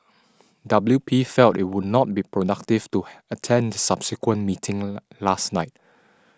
W P felt it would not be productive to attend subsequent meeting last night